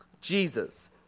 Jesus